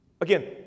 Again